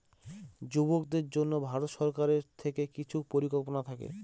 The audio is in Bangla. যুবকদের জন্য ভারত সরকার থেকে কিছু পরিকল্পনা থাকে